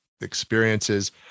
experiences